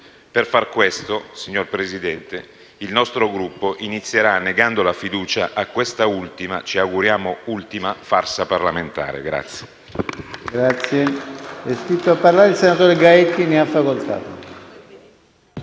Per far questo, signor Presidente, il nostro Gruppo inizierà negando la fiducia a questa ultima (ci auguriamo sia l'ultima) farsa parlamentare.